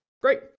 Great